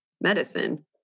medicine